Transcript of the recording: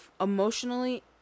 emotionally